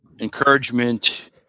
Encouragement